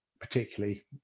particularly